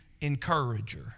Encourager